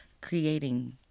creating